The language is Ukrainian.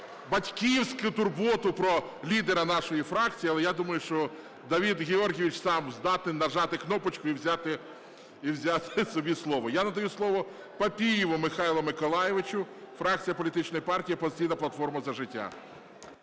батьківську турботу про лідера нашої фракції, але я думаю, що Давид Георгійович сам здатен нажати кнопочку і взяти собі слово. Я надаю слово Папієву Михайлу Миколайовичу, фракція Політичної партії "Опозиційна платформа – За життя".